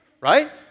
right